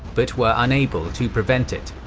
but were unable to prevent it.